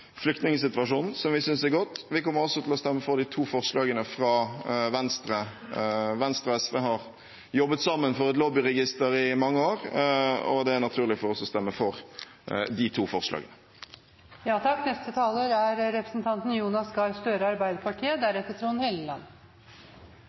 flyktningsituasjonen, som vi synes er godt. Vi kommer også til å stemme for de to forslagene fra Venstre. Venstre og SV har jobbet sammen for et lobbyregister i mange år, og det er naturlig for oss å stemme for de to forslagene.